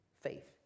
faith